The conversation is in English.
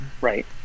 Right